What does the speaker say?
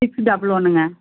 six double ஒன்றுங்க